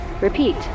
Repeat